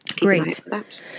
great